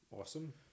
awesome